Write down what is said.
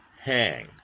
hang